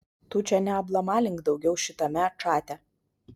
tu čia neablamalink daugiau šitame čate